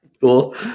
Cool